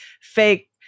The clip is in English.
fake